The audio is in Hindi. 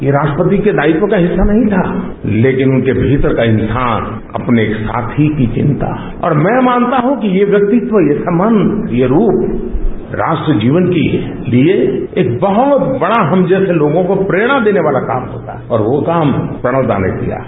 ये राष्ट्रपति के दायित्व का हिस्सा नहीं था लेकिन उनके भीतर का इंसान अपने एक साथी की चिंता है और मैं मानता हूं कि ये व्यक्तित्व ये संबंध ये रूप राष्ट्र जीवन के लिए एक बहुत बड़ा हम जैसे लोगों को प्रेरणा देने वाला काम है और वो काम प्रणब दा ने किया है